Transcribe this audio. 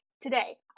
Today